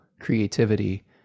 creativity